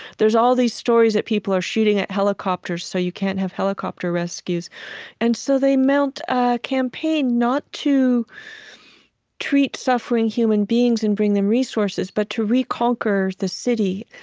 there's all these stories that people are shooting at helicopters so you can't have helicopter rescues and so they mount a campaign not to treat suffering human beings and bring them resources but to reconquer the city.